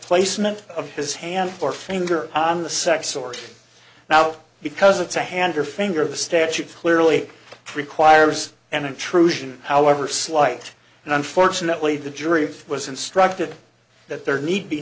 placement of his hand or finger on the sex or now because it's a hand or finger of the statute clearly requires an intrusion however slight and unfortunately the jury was instructed that there need